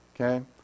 okay